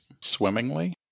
swimmingly